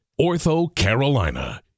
OrthoCarolina